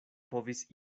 povis